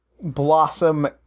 blossom